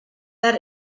that